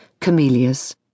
camellias